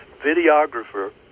videographer